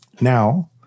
Now